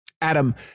Adam